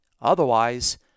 Otherwise